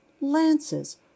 lances